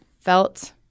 felt